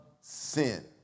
sin